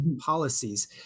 policies